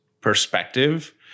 perspective